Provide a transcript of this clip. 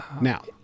Now